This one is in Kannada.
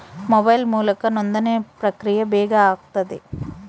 ಮೊಬೈಲ್ ಮೂಲಕ ನೋಂದಣಿ ಪ್ರಕ್ರಿಯೆ ಬೇಗ ಆತತೆ